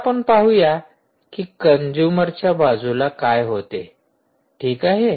आता आपण पाहूया की कंजूमरच्या बाजूला काय होते ठीक आहे